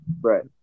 Right